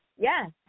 yes